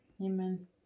Amen